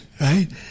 right